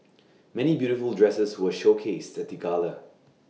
many beautiful dresses were showcased at the gala